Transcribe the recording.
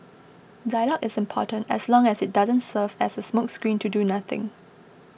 dialogue is important as long as it doesn't serve as a smokescreen to do nothing